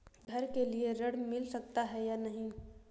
घर के लिए ऋण मिल सकता है या नहीं?